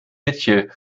mitchell